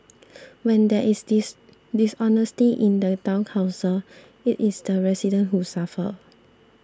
when there is this dishonesty in the Town Council it is the resident who suffer